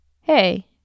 Hey